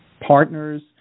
partners